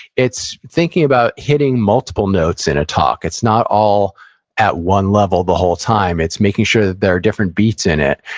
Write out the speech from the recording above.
it's thinking about hitting multiple notes in a talk. it's not all at one level the whole time, it's making sure that there are different beats in it,